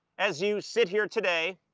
as you sit here today,